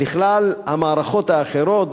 לכלל המערכות האחרות,